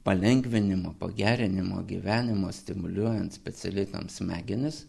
palengvinimo pagerinimo gyvenimo stimuliuojant specialiai tam smegenis